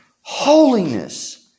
Holiness